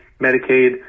Medicaid